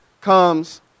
comes